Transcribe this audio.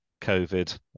COVID